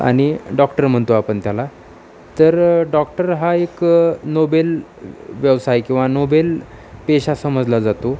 आणि डॉक्टर म्हणतो आपण त्याला तर डॉक्टर हा एक नोबेल व्यवसाय किंवा नोबेल पेशा समजला जातो